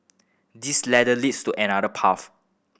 this ladder leads to another path